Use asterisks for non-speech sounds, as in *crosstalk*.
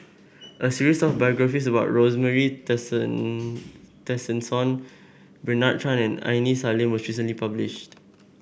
a series of biographies about Rosemary *unintelligible* Tessensohn Bernard Tan and Aini Salim was recently published